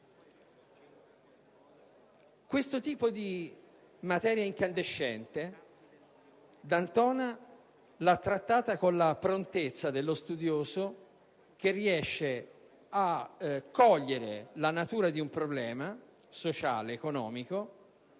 Questo tipo di materia incandescente è stato trattato da D'Antona con la prontezza dello studioso che riesce a cogliere la natura di un problema sociale ed economico